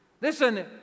Listen